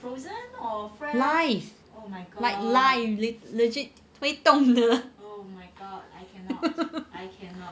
live like like legit 会动的